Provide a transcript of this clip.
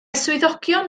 swyddogion